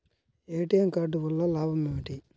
ATM card వల్ల లాభం ఏమిటి?